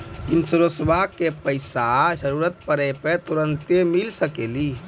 इंश्योरेंसबा के पैसा जरूरत पड़े पे तुरंत मिल सकनी?